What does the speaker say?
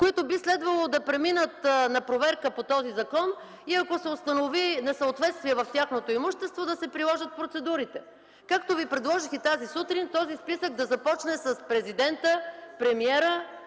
които би следвало да преминат на проверка по този закон и ако се установи несъответствие в тяхното имущество – да се приложат процедурите. Както Ви предложих и тази сутрин, този списък да започне с президента, премиера,